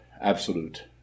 absolute